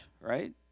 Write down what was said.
right